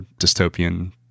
dystopian